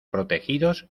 protegidos